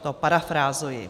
To parafrázuji.